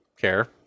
care